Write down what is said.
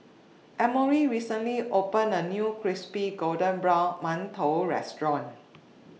Emory recently opened A New Crispy Golden Brown mantou Restaurant